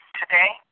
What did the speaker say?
today